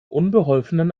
unbeholfenen